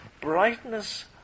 brightness